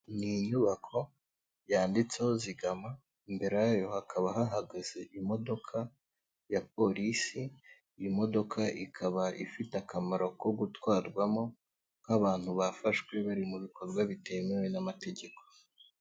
Ni inyubako yanditseho zigama, imbere yayo hakaba hahagaze imodoka, ya polisi, iyi modoka ikaba ifite akamaro ko gutwarwamo nk'abantu bafashwe bari mu bikorwa bitemewe n'amategeko.